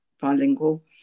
bilingual